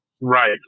Right